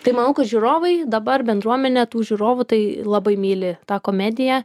tai manau kad žiūrovai dabar bendruomenė tų žiūrovų tai labai myli tą komediją